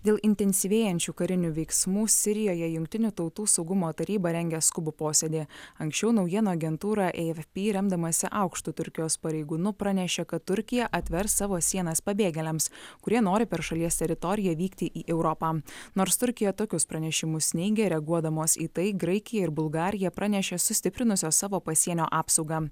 dėl intensyvėjančių karinių veiksmų sirijoje jungtinių tautų saugumo taryba rengia skubų posėdį anksčiau naujienų agentūrą afp remdamasi aukštu turkijos pareigūnu pranešė kad turkija atvers savo sienas pabėgėliams kurie nori per šalies teritoriją vykti į europą nors turkija tokius pranešimus neigia reaguodamos į tai graikija ir bulgarija pranešė sustiprinusios savo pasienio apsaugą